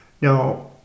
Now